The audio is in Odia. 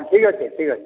ଠିକ୍ ଅଛେ ଠିକ୍ ଅଛେ